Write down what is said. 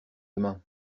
demain